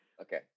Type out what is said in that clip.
Okay